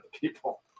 people